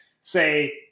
say